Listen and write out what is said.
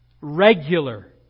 regular